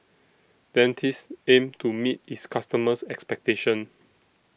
Dentiste aims to meet its customers' expectations